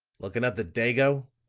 looking up the dago?